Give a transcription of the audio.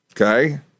okay